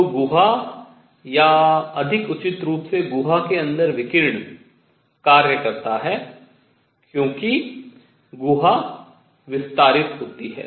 तो गुहा या अधिक उचित रूप से गुहा के अंदर विकिरण कार्य करता है क्योंकि गुहा विस्तारित होती है